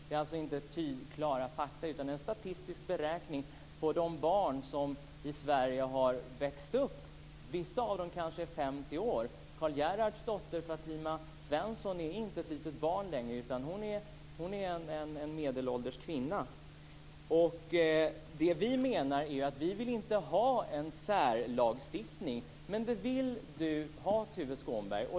Det är en statistisk beräkning av hur många barn som har vuxit upp under dessa omständigheter i Sverige. Vissa av dem kanske är 50 år. Karl Gerhards dotter Fatima Svensson är inte ett litet barn längre, utan hon är en medelålders kvinna. Det vi menar är att vi inte vill ha en särlagstiftning, men det vill Tuve Skånberg.